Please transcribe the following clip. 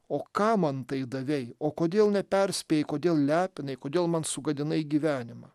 o ką man tai davei o kodėl neperspėjai kodėl lepinai kodėl man sugadinai gyvenimą